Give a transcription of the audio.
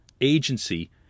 agency